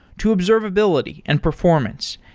to observability and performance,